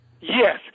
Yes